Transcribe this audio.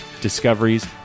discoveries